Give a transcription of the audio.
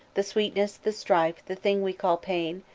the sweetness, the strife, the thing we call pain,